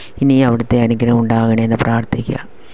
ഇനിയും അവിടത്തെ അനുഗ്രഹം ഉണ്ടാകണമെന്ന് പ്രാർത്ഥിക്കുക